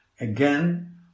again